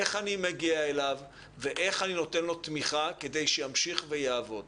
איך אני מגיע אליו ואיך אני נותן לו תמיכה כדי שימשיך לעבוד